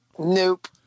Nope